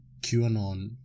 QAnon